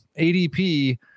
ADP